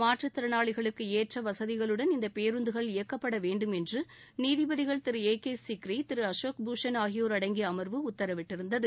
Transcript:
மாற்றுத்திறனாளிகளுக்கு ஏற்ற வசதிகளுடன் இந்த பேருந்துகள் இயக்கப்பட வேண்டும் என்று நீதிபதிகள் திரு ஏ கே சிக்ரி திரு அசோக் பூஷன் ஆகியோர் அடங்கிய அமர்வு உத்தரவிட்டது